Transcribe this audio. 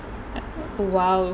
!wow!